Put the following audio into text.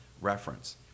reference